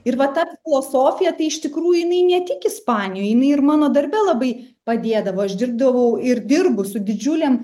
ir va ta filosofija tai iš tikrųjų jinai ne tik ispanijoj jinai ir mano darbe labai padėdavo aš dirbdavau ir dirbu su didžiulėm